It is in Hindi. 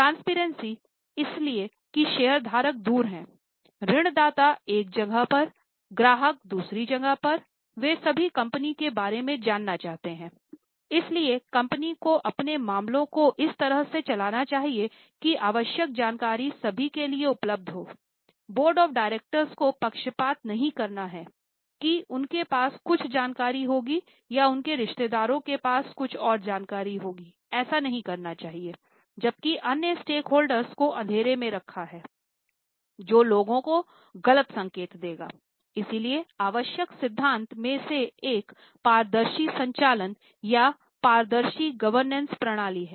ट्रांसपेरेंसी प्रणाली है